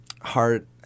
heart